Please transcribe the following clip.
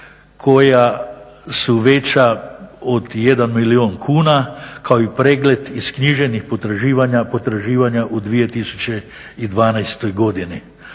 koja su veća od 1 milijun kuna, kao i pregled isknjiženih potraživanja u 2012. godini.